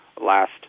last